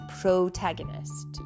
protagonist